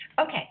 okay